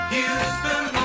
Houston